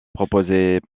proposée